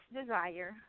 Desire